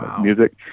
music